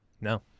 No